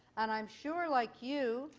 and i'm sure like you,